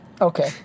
Okay